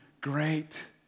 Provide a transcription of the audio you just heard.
great